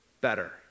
better